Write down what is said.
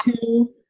two